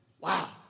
Wow